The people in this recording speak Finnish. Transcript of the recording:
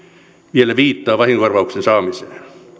vielä viittaa vahingonkorvauksen saamiseen